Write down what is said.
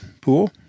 pool